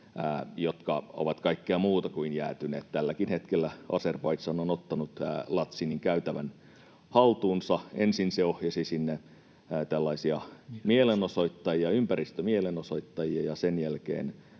jotka ovat kaikkea muuta kuin jäätyneet. Tälläkin hetkellä Azerbaidžan on ottanut Laçınin käytävän haltuunsa. Ensin se ohjasi sinne tällaisia ympäristömielenosoittajia ja sen jälkeen